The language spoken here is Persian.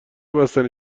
بستنی